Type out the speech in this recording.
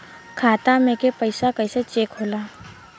खाता में के पैसा कैसे चेक होला?